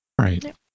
Right